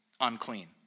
unclean